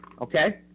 Okay